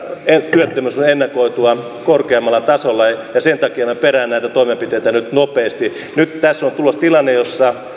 työttömyys on ennakoitua korkeammalla tasolla ja sen takia minä perään näitä toimenpiteitä nyt nopeasti nyt tässä on tulossa tilanne jossa